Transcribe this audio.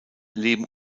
leben